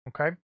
Okay